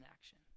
action